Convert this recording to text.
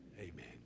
Amen